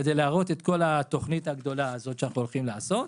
כדי להראות את כל התוכנית הגדולה הזאת שאנחנו הולכים לעשות,